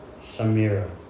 Samira